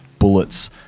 Bullets